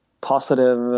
positive